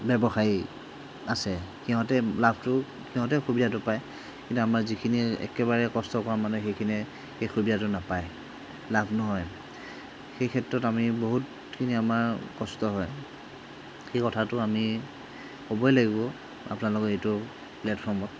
ব্যৱসায়ী আছে সিহঁতে লাভটো সিহঁতে সুবিধাটো পায় কিন্তু আমাৰ যিখিনি একেবাৰে কষ্ট কৰা মানে সেইখিনিয়ে সেই সুবিধাটো নাপায় লাভ নহয় সেই ক্ষেত্ৰত আমি বহুতখিনি আমাৰ কষ্ট হয় সেই কথাটো আমি ক'বই লাগিব আপোনালোকক এইটো প্লেটফৰ্মত